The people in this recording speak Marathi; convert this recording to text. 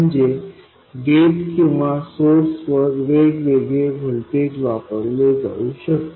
म्हणजे गेट किंवा सोर्स वर वेगवेगळे व्होल्टेज वापरले जाऊ शकते